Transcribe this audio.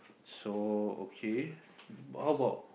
so okay how about